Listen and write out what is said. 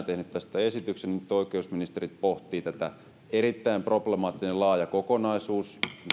tehneet tästä esityksen nyt oikeusministerit pohtivat tätä erittäin problemaattinen laaja kokonaisuus